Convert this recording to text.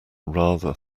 rather